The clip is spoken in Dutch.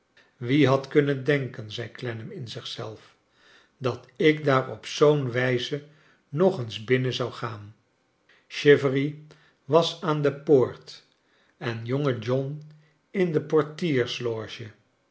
wie had kunnen denken zei clennam in zich zelf dat ik daar op zoo'n wijze nog eens binnen zou gaan i chivery was aan de poort en jonge john in de